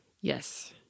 Yes